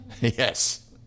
Yes